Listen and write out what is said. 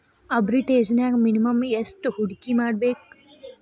ಆರ್ಬಿಟ್ರೆಜ್ನ್ಯಾಗ್ ಮಿನಿಮಮ್ ಯೆಷ್ಟ್ ಹೂಡ್ಕಿಮಾಡ್ಬೇಕ್?